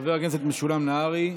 חבר הכנסת משולם נהרי.